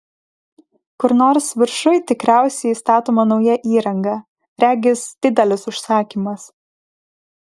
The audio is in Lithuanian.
kur nors viršuj tikriausiai statoma nauja įranga regis didelis užsakymas